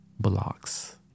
blocks